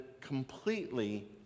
completely